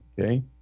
Okay